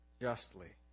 justly